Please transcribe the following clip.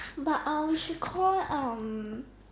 but uh we should call um